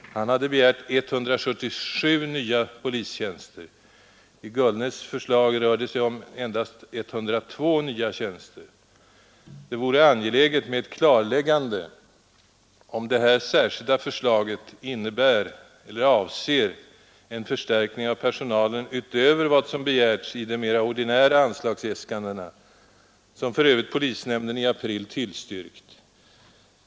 Han hade begärt 177 nya polistjänster. I Gullnäs” förslag rör det sig om endast 102 nya tjänster. Det vore angeläget med ett klarläggande av om det här särskilda förslaget avser en förstärkning av personalen utöver vad som begärts i de mera ordinära anslagsäskandena, som för övrigt polisnämnden i april tillstyrkt.